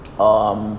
um